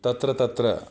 तत्र तत्र